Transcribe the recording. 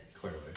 Clearly